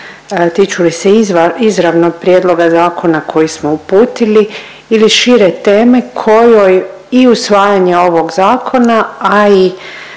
tiču li se izravno prijedloga zakona koji smo uputili ili šire teme kojoj i usvajanje ovog Zakona, a i